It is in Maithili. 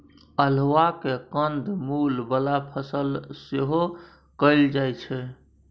अल्हुआ केँ कंद मुल बला फसल सेहो कहल जाइ छै